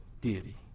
deity